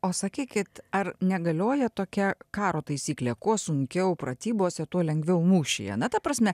o sakykit ar negalioja tokia karo taisyklė kuo sunkiau pratybose tuo lengviau mūšyje na ta prasme